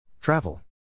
Travel